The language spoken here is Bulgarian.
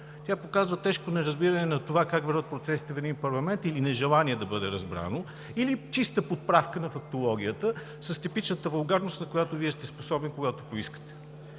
Тя показва тежко неразбиране на това как вървят процесите в един парламент или нежелание да бъде разбрано, или чиста поправка на фактологията с типичната вулгарност, на която Вие сте способен, когато поискате.